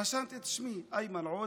רשמתי את שמי, איימן עודה,